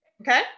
Okay